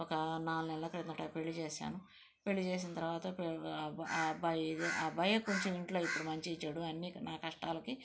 ఒక నాలుగు నెలల క్రిందట పెళ్ళి చేశాను పెళ్ళి చేసిన తరువాత మా అబ్బాయి అబ్బాయే కొంచెం ఇంట్లో ఇప్పుడు మంచి చెడు అన్ని నా కష్టాలకి